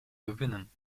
gewinnen